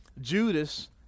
Judas